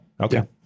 Okay